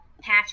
patch